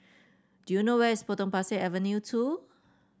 do you know where is Potong Pasir Avenue two